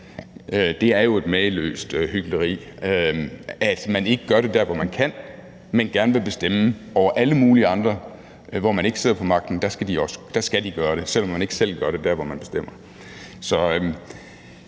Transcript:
Det er jo et mageløst hykleri, at man ikke gør det der, hvor man kan, men gerne vil bestemme over alle mulige andre, hvor man ikke sidder på magten, som skal gøre det, selv om man ikke selv gør det der, hvor man bestemmer.